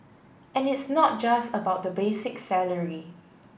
and it's not just about the basic salary